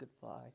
goodbye